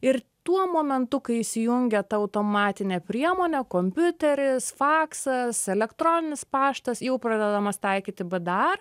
ir tuo momentu kai įsijungia ta automatinė priemonė kompiuteris faksas elektroninis paštas jau pradedamas taikyti bdar